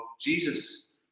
Jesus